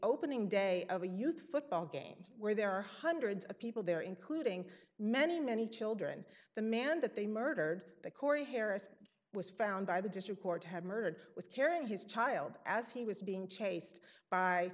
opening day of a youth football game where there are hundreds of people there including many many children the man that they murdered the cory harris was found by the district court had murdered was carrying his child as he was being chased by